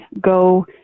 go